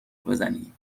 بزنی